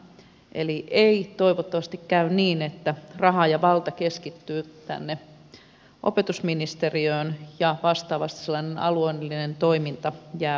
eli toivottavasti ei käy niin että raha ja valta keskittyvät tänne opetusministeriöön ja vastaavasti sellainen alueellinen toiminta jää vähemmälle